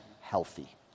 healthy